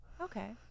Okay